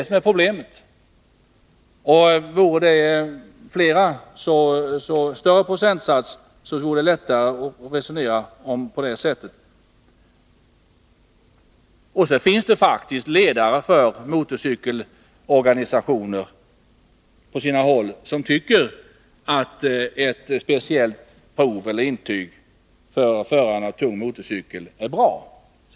Vore procentsatsen större skulle det vara lättare att resonera som ni gör. Och det finns faktiskt ledare för motorcykelorganisationerna som tycker att ett speciellt prov eller intyg för förare av tung motorcykel är bra.